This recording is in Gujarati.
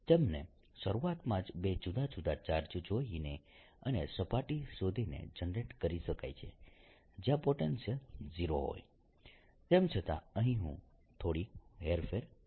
તેમને શરૂઆતમાં જ બે જુદા જુદા ચાર્જ જોઈને અને સપાટી શોધીને જનરેટ કરી શકાય છે જયાં પોટેન્શિયલ 0 હોય તેમ છતાં અહીં હું થોડી હેરફેર કરીશ